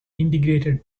integrated